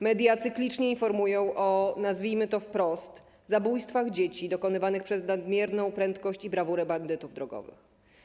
Media cyklicznie informują o, nazwijmy to wprost, zabójstwach dzieci dokonywanych przez nadmierną prędkość i brawurę bandytów drogowych.